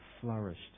flourished